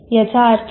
याचा अर्थ काय